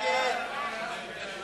נתקבלו.